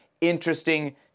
interesting